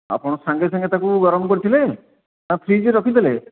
ଆପଣ ସାଙ୍ଗେ ସାଙ୍ଗେ ତାକୁ ଗରମ କରିଥିଲେ ନା ଫ୍ରିଜ୍ରେ ରଖିଥିଲେ